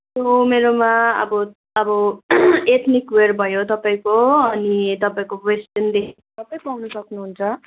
त्यो मेरोमा अब अब एथनिक वेर भयो तपाईँको अनि तपाईँको वेस्टर्नदेखि सबै पाउनु सक्नुहुन्छ